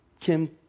Kim